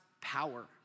power